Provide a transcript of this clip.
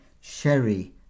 sherry